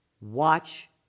watch